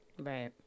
Right